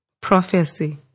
prophecy